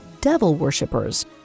devil-worshippers